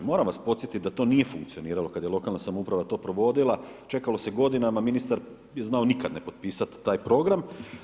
Moram vas podsjetiti da to nije funkcioniralo kada je lokalna samouprava to provodila, čekalo se godinama, ministar je znao nikad ne potpisat taj program.